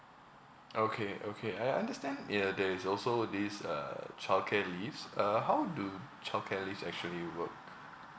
okay okay I understand ya there is also these uh childcare leaves uh how do childcare leaves actually work